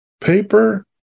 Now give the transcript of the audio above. Paper